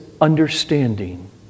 understanding